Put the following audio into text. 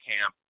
camp